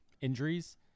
injuries